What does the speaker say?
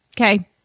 Okay